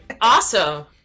Awesome